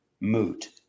moot